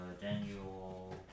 Daniel